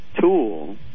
tool